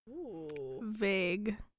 Vague